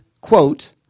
quote